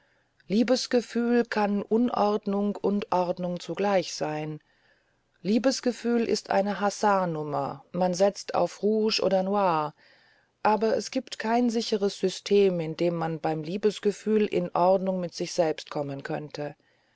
liebesgefühl kann unordnung und ordnung zugleich geben liebesgefühl ist eine hasardnummer man setzt auf rouge oder noir aber es gibt kein sicheres system in dem man beim liebesgefühl in ordnung mit sich selbst kommen könnte